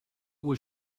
was